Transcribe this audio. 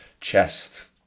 chest